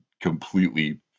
completely